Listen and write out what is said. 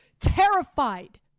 terrified